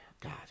God